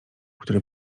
który